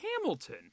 Hamilton